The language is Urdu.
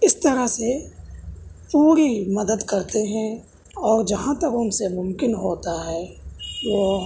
اس طرح سے پوری مدد کرتے ہیں اور جہاں تک ان سے ممکن ہوتا ہے وہ